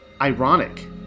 Ironic